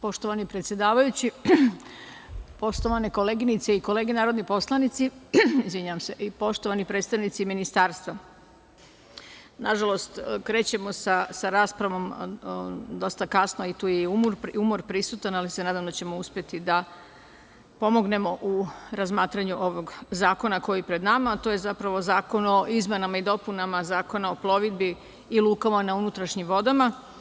Poštovani predsedavajući, poštovane koleginice i kolege narodni poslanici i poštovani predstavnici Ministarstva, nažalost, krećemo sa raspravom dosta kasno i tu je i umor prisutan, ali se nadam da ćemo uspeti da pomognemo u razmatranju ovog zakona koji je pred nama, a to je zapravo zakon o izmenama i dopunama Zakona o plovidbi i lukama na unutrašnjim vodama.